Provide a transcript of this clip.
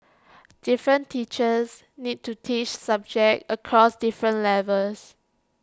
different teachers need to teach subjects across different levels